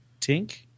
Tink